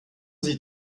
sie